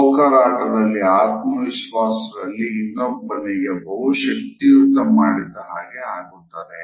poker ಆಟದಲ್ಲಿ ಆತ್ಮವಿಶ್ವಾಸದಲ್ಲಿ ಇನ್ನೊಬ್ಬನಿಗೆ ಬಹು ಶಕ್ತಿಯುತ ಮಾಡಿದ ಹಾಗೆ ಆಗುತ್ತದೆ